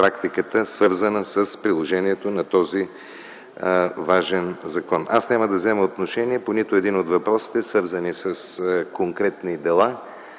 свързана с приложението на този важен закон. Няма да взема отношение по нито един от въпросите, свързани с конкретни дела